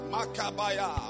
Makabaya